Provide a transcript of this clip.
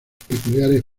peculiares